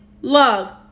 love